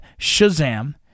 Shazam